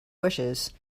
wishes